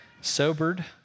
sobered